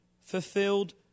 fulfilled